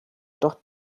doch